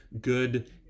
good